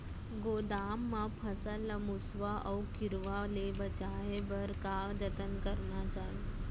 गोदाम मा फसल ला मुसवा अऊ कीरवा मन ले बचाये बर का जतन करना चाही?